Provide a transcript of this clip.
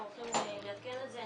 אנחנו הולכים לעדכן את זה.